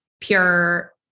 pure